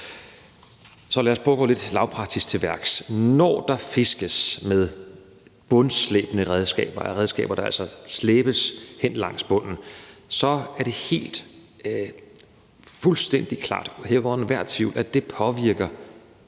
Så lad os prøve at gå lidt lavpraktisk til værks. Når der fiskes med bundslæbende redskaber – redskaber, der altså slæbes hen langs bunden – er det helt fuldstændig klart og hævet over